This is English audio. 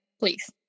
please